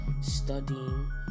studying